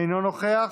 אינו נוכח,